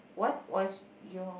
what was your